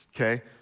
Okay